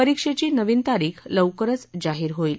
परिक्षेची नवीन तारीख लवकरच जाहीर होईल